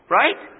right